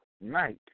night